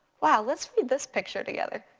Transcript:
wow let's read this picture together.